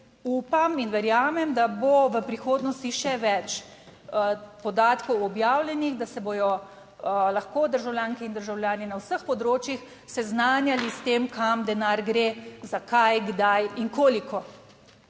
upam in verjamem, da bo v prihodnosti še več. Podatkov objavljenih, da se bodo lahko državljanke in državljani na vseh področjih seznanjali s tem kam denar gre, za kaj, kdaj in koliko.